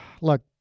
look